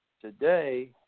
today